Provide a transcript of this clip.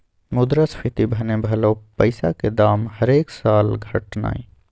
मुद्रास्फीति मने भलौ पैसाक दाम हरेक साल घटनाय